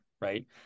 Right